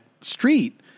street